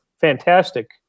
fantastic